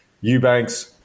Eubanks